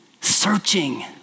searching